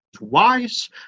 wise